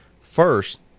First